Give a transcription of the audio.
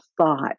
thought